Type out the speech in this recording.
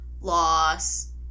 loss